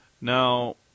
Now